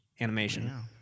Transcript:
animation